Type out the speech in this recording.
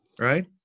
right